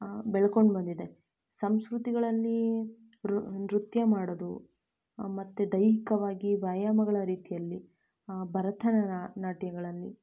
ಬೆಳ್ಕೊಂಡು ಬಂದಿದೆ ಸಂಸ್ಕೃತಿಗಳಲ್ಲಿ ನೃ ನೃತ್ಯ ಮಾಡೋದು ಮತ್ತೆ ದೈಹಿಕವಾಗಿ ವ್ಯಾಯಾಮಗಳ ರೀತಿಯಲ್ಲಿ ಭರತನಾಟ್ಯಗಳಲ್ಲಿ